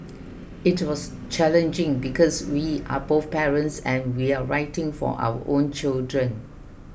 it was challenging because we are both parents and we're writing for our own children